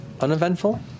Uneventful